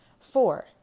Four